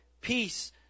peace